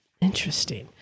Interesting